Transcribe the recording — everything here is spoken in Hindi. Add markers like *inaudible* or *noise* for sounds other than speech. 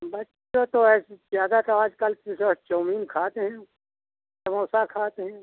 बच्चे तो वैसे ज़्यादा तो आज काल *unintelligible* चओमीन खात हैं समोसा खात हैं